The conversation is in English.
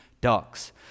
ducks